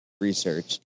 research